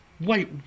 wait